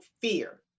fear